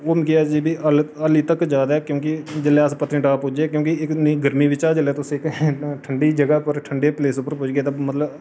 ओह् मिगी अजें बी हाल्लें तक जाद ऐ क्योंकि जेल्लै अस पत्नीटॉप पुज्जे क्योंकि इक गर्मी बिच्चा जिसलै तुस इक ठंडी जगह् पर ठंडी प्लेस पर पुजगे तां मतलब